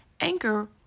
Anchor